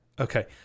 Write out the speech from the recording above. Okay